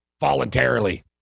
voluntarily